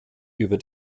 über